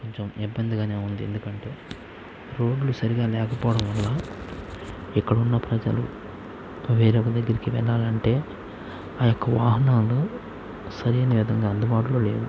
కొంచం ఇబ్బందిగానే ఉంది ఎందుకంటే రోడ్లు సరిగా లేకపోవడం వల్ల ఇక్కడ ఉన్న ప్రజలు వేరే ఊరి దగ్గరికి వెళ్ళాలి అంటే ఆ యొక్క వాహనాలు సరైన విధంగా అందుబాటులో లేవు